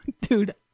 Dude